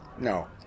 No